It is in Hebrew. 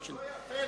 זה לא יפה,